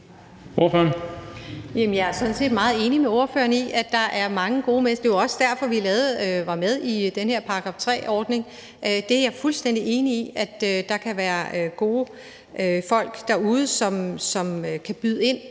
set meget enig med ordføreren i, at der er mange gode mennesker. Det er også derfor, vi var med i den her § 3-ordning. Jeg er fuldstændig enig i, at der kan være gode folk derude, som kan byde ind